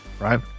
Right